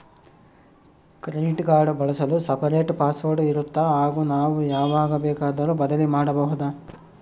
Credit card ಬಳಸಲು separate password ಇರುತ್ತಾ ಹಾಗೂ ನಾವು ಯಾವಾಗ ಬೇಕಾದರೂ ಬದಲಿ ಮಾಡಬಹುದಾ?